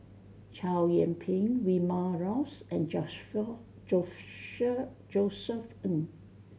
Chow Yian Ping Vilma Laus and Josef Ng